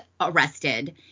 arrested